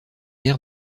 aire